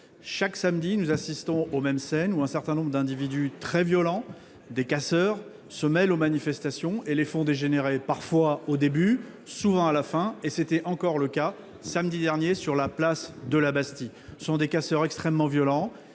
Chaque samedi, nous assistons aux mêmes scènes : un certain nombre d'individus très violents, des casseurs, se mêlent aux manifestations et les font dégénérer, parfois dès le début, plus souvent à la fin. C'était encore le cas samedi dernier sur la place de la Bastille. Ce sont des casseurs extrêmement violents,